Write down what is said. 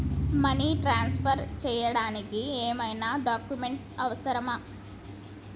Money transfer చేయడానికి ఏమైనా documents అవసరమా?